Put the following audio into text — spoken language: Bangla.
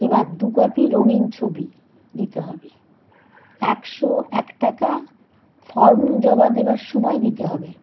এবার দু কপি রঙিন ছবি দিতে হবে একশো এক টাকা ফম জমা দেবার সময় দিতে হবে